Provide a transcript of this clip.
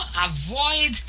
avoid